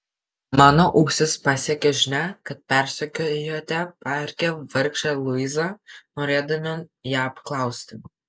mano ausis pasiekė žinia kad persekiojote parke vargšę luizą norėdami ją apklausti